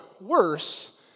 worse